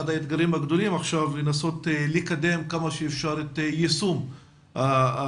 אחד האתגרים הגדולים עכשיו הוא לנסות לקדם כמה שאפשר את יישום ההמלצות.